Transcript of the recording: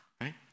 right